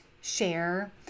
share